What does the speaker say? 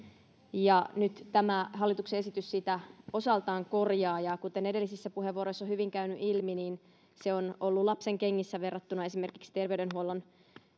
ja nyt tämä hallituksen esitys sitä osaltaan korjaa kuten edellisissä puheenvuoroissa on hyvin käynyt ilmi se on ollut lapsenkengissä verrattuna esimerkiksi terveydenhuollon